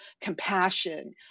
compassion